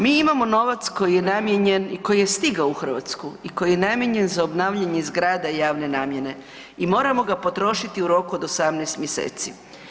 Mi imamo novac koji je namijenjen i koji je stigao u Hrvatsku i koji je namijenjen za obnavljanje zgrada javne namjene i moramo ga potrošiti u roku od 18 mjeseci.